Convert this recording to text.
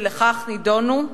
שלכך נידונו?